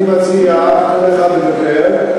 אני מציע שכל אחד ידבר,